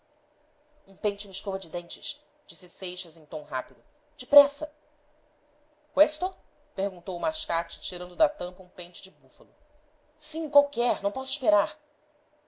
um pente e uma escova de dentes disse seixas em tom rápido depressa questo perguntou o mascate tirando da tampa um pente de búfalo sim qualquer não posso esperar